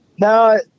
no